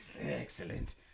Excellent